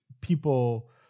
people